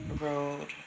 road